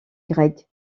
grec